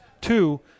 two